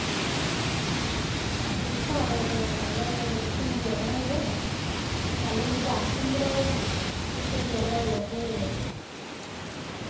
में सारें गल्ला पैह्लें भिंडियां बनाइयां पैह्लें मिगी जाच निं ही बनाने दी में भिंडियां बनाइयां ते